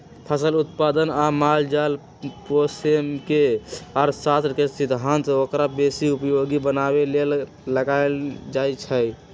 फसल उत्पादन आ माल जाल पोशेमे जे अर्थशास्त्र के सिद्धांत ओकरा बेशी उपयोगी बनाबे लेल लगाएल जाइ छइ